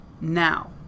now